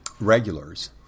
regulars